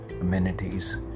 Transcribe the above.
amenities